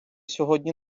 сьогодні